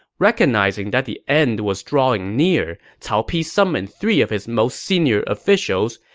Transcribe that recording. recognizing that the end was drawing near, cao pi summoned three of his most senior officials,